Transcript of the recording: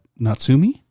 Natsumi